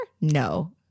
No